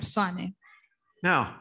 Now